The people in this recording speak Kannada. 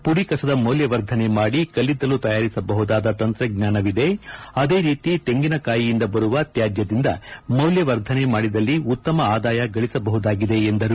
ಪುಡಿ ಕಸದ ಮೌಲ್ಯವರ್ಧನೆ ಮಾಡಿ ಕಲ್ಲಿದ್ದಲು ತಯಾರಿಸಬಹುದಾದ ತಂತ್ರಜ್ಞಾನವಿದೆ ಅದೇ ರೀತಿ ತೆಂಗಿನ ಕಾಯಿಯಿಂದ ಬರುವ ತ್ಯಾಜ್ಯದಿಂದ ಮೌಲ್ಯವರ್ಧನೆ ಮಾಡಿದಲ್ಲಿ ಉತ್ತಮ ಆದಾಯ ಗಳಸಬಹುದಾಗಿದೆ ಎಂದರು